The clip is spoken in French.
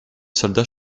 soldats